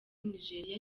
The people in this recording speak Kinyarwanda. nigeria